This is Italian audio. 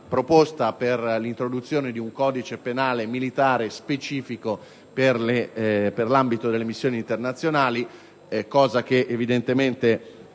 proposta per l'introduzione di un codice penale militare adeguato alla realtà delle missioni internazionali, cosa che evidentemente